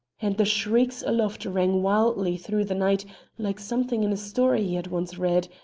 and the shrieks aloft rang wildly through the night like something in a story he had once read,